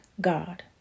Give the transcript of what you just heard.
God